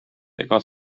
ega